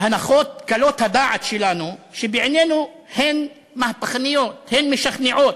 הדעת שלנו, שבעינינו הן מהפכניות ומשכנעות,